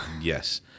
Yes